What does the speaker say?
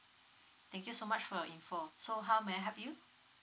thank you so much for your info so how may I help you